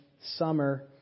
summer